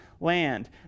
land